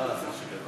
ההצעה להעביר